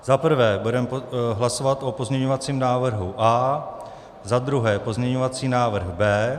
Za prvé budeme hlasovat o pozměňovacím návrhu A. Za druhé pozměňovací návrh B.